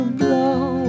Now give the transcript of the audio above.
blow